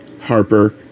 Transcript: Harper